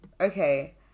Okay